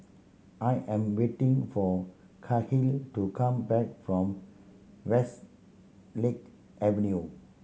I am waiting for Kahlil to come back from Westlake Avenue